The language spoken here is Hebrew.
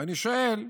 ואני שואל: